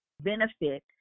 benefit